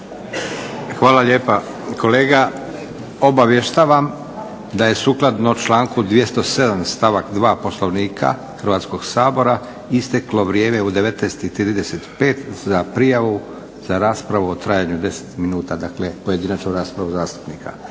Hvala lijepa kolega. Obavještavam da je sukladno članku 207. stavak 2. Poslovnika Hrvatskog sabora isteklo vrijeme u 19 i 35 za prijavu za raspravu u trajanju od 10 minuta, dakle pojedinačnu raspravu zastupnika.